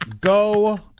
Go